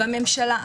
בממשלה.